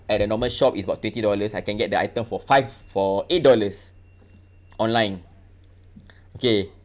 at a normal shop is about twenty dollars I can get the item for five for eight dollars online okay